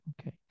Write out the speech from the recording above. okay